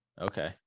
okay